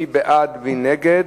מי בעד, מי נגד?